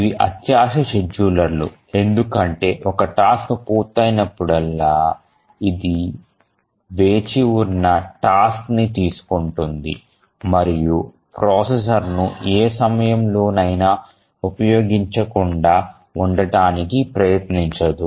ఇవి అత్యాశ షెడ్యూలర్లు ఎందుకంటే ఒక టాస్క్ పూర్తయినప్పుడల్లా అది వేచి ఉన్న టాస్క్ ని తీసుకుంటుంది మరియు ప్రాసెసర్ ను ఏ సమయంలోనైనా ఉపయోగించకుండా ఉండటానికి ప్రయత్నించదు